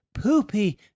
poopy